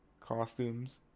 costumes